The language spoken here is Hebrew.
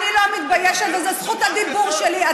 אני לא מתביישת, וזו זכות הדיבור שלי.